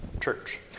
church